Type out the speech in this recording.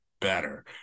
better